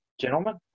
gentlemen